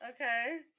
Okay